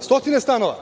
stotine stanova.